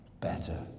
better